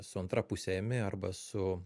su antra puse imi arba su